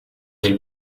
elles